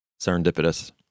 Serendipitous